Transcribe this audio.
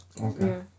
Okay